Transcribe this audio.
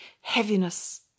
heaviness